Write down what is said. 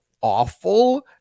awful